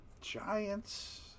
Giants